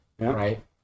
right